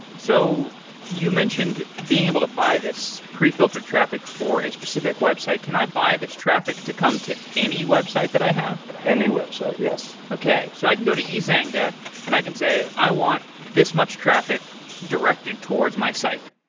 so you mentioned being able to buy this pre-filtered traffic for a specific website, can i buy this traffic to come to any website that i have? and any website, yes okay. so i can go to ezanga and i can say, i want this much traffic directed towards my site.